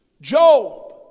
Job